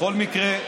בכל מקרה,